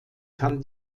kann